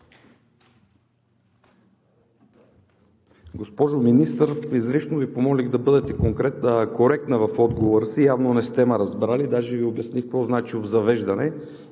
Благодаря.